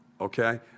Okay